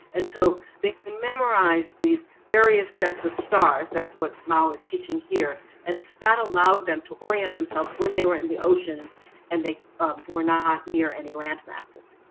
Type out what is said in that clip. and so they can memorize these various sets of stars. that's what mao is teaching here and that allowed them to orient themselves when they were in the ocean and they were not near any landmasses.